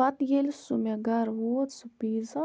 پَتہٕ ییٚلہِ سُہ مےٚ گَرٕ ووت سُہ پیٖزا